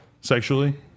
sexually